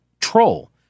troll